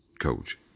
coach